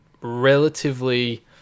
relatively